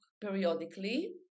periodically